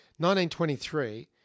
1923